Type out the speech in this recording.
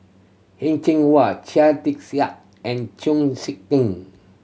Heng Cheng Hwa Chia Tee and Chong Sik Ting